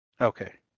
Okay